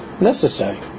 necessary